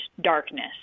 darkness